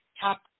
top